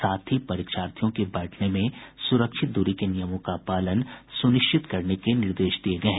साथ ही परीक्षार्थियों के बैठने में सुरक्षित दूरी के नियमों का पालन सुनिश्चित करने का निर्देश दिया गया है